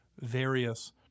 various